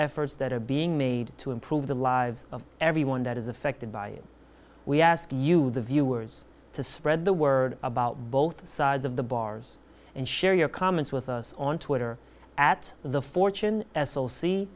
efforts that are being made to improve the lives of everyone that is affected by it we ask you the viewers to spread the word about both sides of the bars and share your comments with us on twitter at the fortune s o c